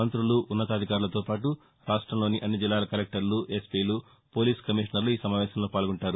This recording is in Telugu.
మంతులు ఉన్నతాధికారులతో పాటు రాష్టంలోని అన్ని జిల్లాల కలెక్టర్లు ఎస్పీలు పోలీసు కమిషనర్లు ఈ సమావేశంలో పాల్గొంటారు